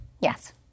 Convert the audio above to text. Yes